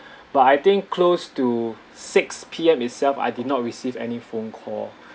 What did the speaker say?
but I think close to six P_M itself I did not receive any phone call